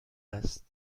است